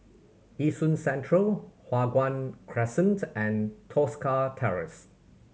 Yishun Central Hua Guan Crescent and Tosca Terrace